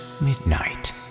midnight